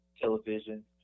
television